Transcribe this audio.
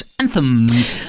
anthems